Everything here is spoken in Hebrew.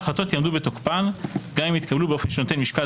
ההחלטות יעמדו בתוקפן גם אם התקבלו באופן שנותן משקל